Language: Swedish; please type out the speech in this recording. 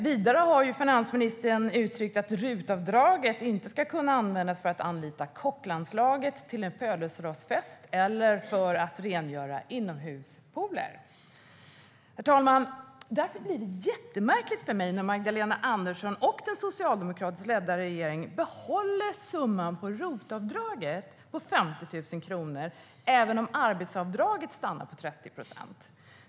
Vidare har finansministern uttryckt att RUT-avdraget inte ska kunna användas för att anlita kocklandslaget till en födelsedagsfest eller för att rengöra inomhuspooler. Herr talman! Därför blir det jättemärkligt för mig när Magdalena Andersson och den socialdemokratiskt ledda regeringen behåller summan för ROT-avdraget på 50 000 kronor även om arbetsavdraget stannar på 30 procent.